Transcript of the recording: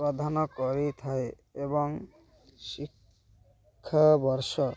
ପ୍ରଦାନ କରିଥାଏ ଏବଂ ଶିକ୍ଷାବର୍ଷ